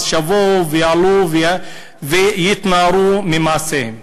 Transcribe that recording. שיבואו ויעלו ויתנערו ממעשיהם.